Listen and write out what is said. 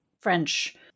French